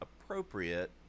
appropriate